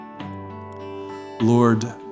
lord